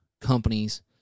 companies